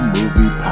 Movie